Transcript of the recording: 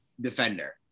defender